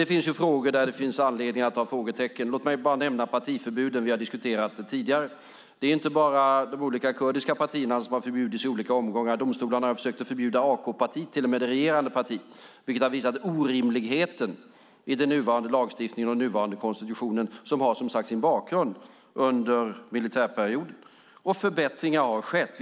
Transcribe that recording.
Det finns sådant som det finns anledning att sätta frågetecken för. Låt mig bara nämna partiförbuden som vi även har diskuterat tidigare. Det är inte bara de olika kurdiska partierna som har förbjudits i olika omgångar. Domstolarna har även försökt förbjuda AKP, det regerande partiet, vilket har visat på orimligheten i den nuvarande lagstiftningen och konstitutionen vilken som sagt har sin bakgrund under militärperioden. Förbättringar har skett.